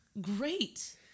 Great